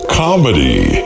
comedy